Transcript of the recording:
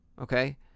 okay